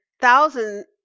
thousand